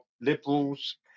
liberals